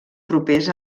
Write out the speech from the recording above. propers